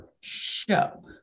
show